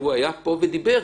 והוא היה פה ודיבר.